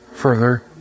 Further